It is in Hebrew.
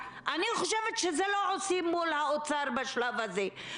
את זה לא עושים מול האוצר בשלב הזה.